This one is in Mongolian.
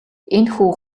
энэхүү